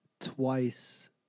twice